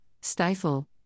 stifle